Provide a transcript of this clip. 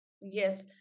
yes